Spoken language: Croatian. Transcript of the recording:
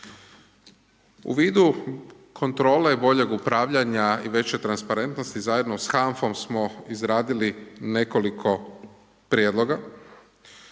U vidu kontrole boljeg upravljanja i veće transparentnosti zajedno s HANFOM smo izradili nekoliko prijedloga,